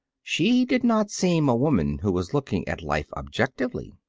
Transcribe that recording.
she did not seem a woman who was looking at life objectively.